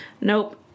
Nope